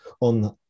on